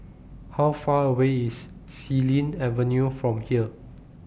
How Far away IS Xilin Avenue from here